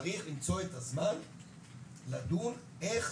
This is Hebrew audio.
צריך למצוא את הזמן לדון איך